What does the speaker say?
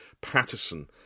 Patterson